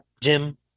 Jim